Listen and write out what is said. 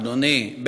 אדוני,